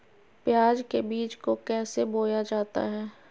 प्याज के बीज को कैसे बोया जाता है?